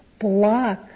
block